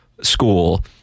school